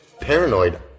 paranoid